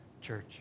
Church